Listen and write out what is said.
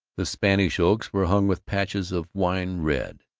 the spanish oaks were hung with patches of wine red,